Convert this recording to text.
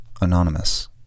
anonymous